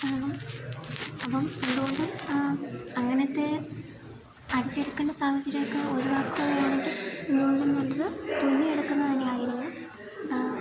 അപ്പം അത്കൊണ്ട് അങ്ങനത്തെ അടിച്ചെടുക്കണ്ട സാഹചര്യമൊക്കെ ഒഴിവാക്കുകയാണെങ്കിൽ എന്തുകൊണ്ടും നല്ലത് തുണിയെടുക്കുന്നത് തന്നെയായിരുന്നു